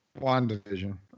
WandaVision